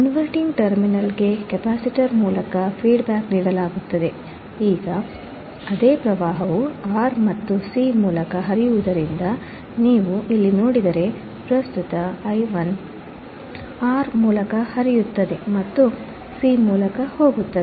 inverting terminal ಗೆ capacitor ಮೂಲಕ feedback ನೀಡಲಾಗುತ್ತದೆ ಈಗ ಅದೇ ಪ್ರವಾಹವು R ಮತ್ತು C ಮೂಲಕ ಹರಿಯುವುದರಿಂದ ನೀವು ಇಲ್ಲಿ ನೋಡಿದರೆ ಪ್ರಸ್ತುತ I 1 ಆರ್ ಮೂಲಕ ಹರಿಯುತ್ತದೆ ಮತ್ತು C ಮೂಲಕ ಹೋಗುತ್ತದೆ